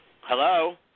Hello